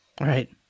Right